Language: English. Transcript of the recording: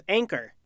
anchor